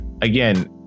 again